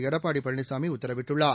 எடப்பாடி பழனிசாமி உத்தரவிட்டுள்ளார்